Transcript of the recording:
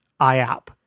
iApp